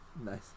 Nice